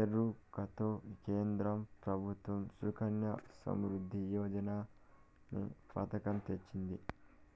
ఎరుకతో కేంద్ర ప్రభుత్వం సుకన్య సమృద్ధి యోజననే పతకం తెచ్చింది